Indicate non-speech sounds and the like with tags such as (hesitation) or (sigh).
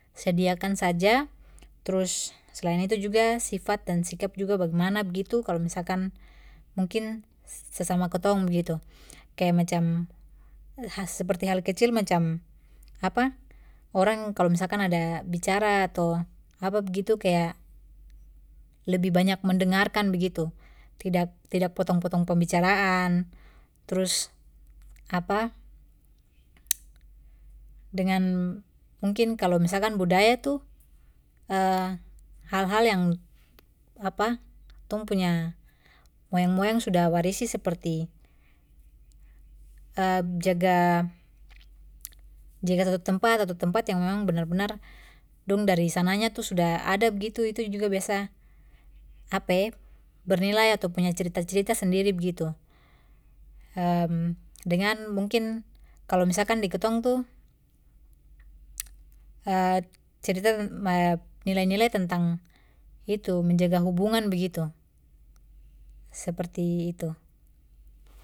Sediakan saja trus selain itu juga sifat dan sikap juga bagemana begitu kalo misalkan mungkin sesama kitong begitu kaya macam (unintelligible) seperti hal kecil macam (hesitation) orang kalo misalkan ada bicara ato apa begitu kaya lebih banyak mendengarkan begitu tidak tidak potong potong pembicaraan trus (hesitation) dengan mungkin kalo misalkan budaya tu (hesitation) hal hal yang (hesitation) tong punya moyang moyang sudah warisi seperti (hesitation) jaga, jaga satu tempat ato tempat yang memang benar benar dong dari sananya tu sudah ada begitu itu juga biasa (hesitation) bernilai ato punya cerita cerita sendiri begitu (hesitation) dengan mungkin kalo misalkan di kitong tu (hesitation) cerita ten (hesitation) nilai nilai tentang itu menjaga hubungan begitu, seperti itu.